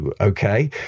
okay